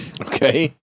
Okay